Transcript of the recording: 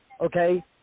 okay